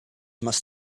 must